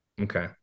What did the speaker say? Okay